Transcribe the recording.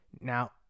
Now